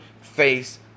face